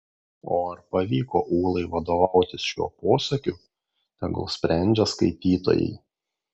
o ar pavyko ūlai vadovautis šiuo posakiu tegul sprendžia skaitytojai